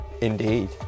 Indeed